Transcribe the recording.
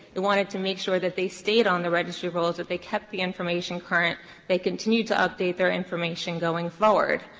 they wanted to make sure that they stayed on the registry rolls, that they kept the information current they continued to update their information going forward.